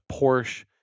Porsche